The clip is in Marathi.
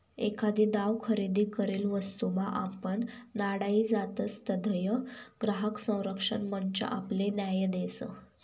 एखादी दाव खरेदी करेल वस्तूमा आपण नाडाई जातसं तधय ग्राहक संरक्षण मंच आपले न्याय देस